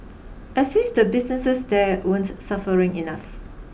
as if the businesses there weren't suffering enough